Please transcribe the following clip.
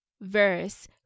verse